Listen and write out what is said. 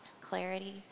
clarity